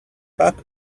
back